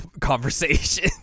conversation